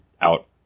out